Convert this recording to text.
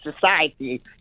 society